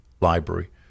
library